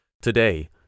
Today